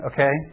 Okay